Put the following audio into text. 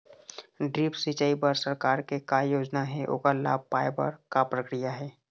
Drip सिचाई बर सरकार के का योजना हे ओकर लाभ पाय बर का प्रक्रिया हे?